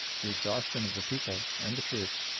the exhaustion of the people and the troops,